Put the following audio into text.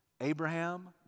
Abraham